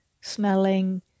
smelling